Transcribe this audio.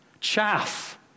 chaff